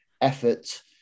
effort